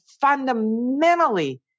fundamentally